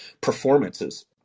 performances